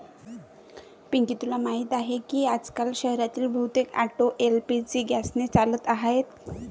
पिंकी तुला माहीत आहे की आजकाल शहरातील बहुतेक ऑटो एल.पी.जी गॅसने चालत आहेत